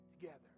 together